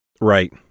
right